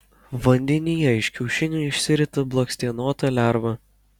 vandenyje iš kiaušinio išsirita blakstienota lerva